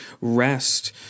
rest